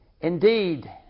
Indeed